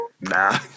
nah